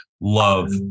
love